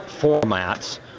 formats